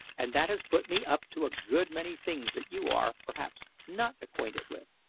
and that has put me up to a good many things that you are, perhaps, not acquainted with.